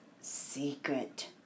secret